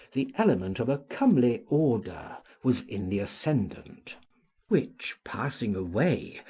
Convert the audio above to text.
the element of a comely order was in the ascendant which, passing away,